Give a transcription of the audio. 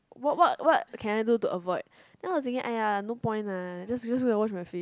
what what what can I do to avoid then was thinking !aiya! no point lah just just go wash my face